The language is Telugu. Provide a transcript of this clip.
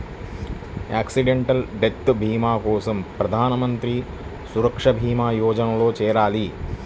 యాక్సిడెంటల్ డెత్ భీమా కోసం ప్రధాన్ మంత్రి సురక్షా భీమా యోజనలో చేరాలి